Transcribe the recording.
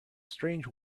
strange